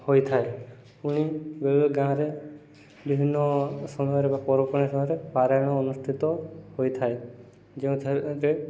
ହୋଇଥାଏ ପୁଣି ବେଳେବେଳେ ଗାଁରେ ବିଭିନ୍ନ ସମୟରେ ବା ପର୍ବପର୍ବାଣି ସମୟରେ ପାରାୟଣ ଅନୁଷ୍ଠିତ ହୋଇଥାଏ ଯେଉଁଥିରେ